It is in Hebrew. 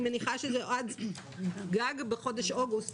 אני מניחה שעד חודש אוגוסט,